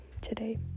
today